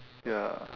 ya